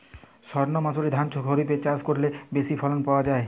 সর্ণমাসুরি ধান খরিপে চাষ করলে বেশি ফলন পাওয়া যায়?